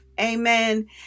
Amen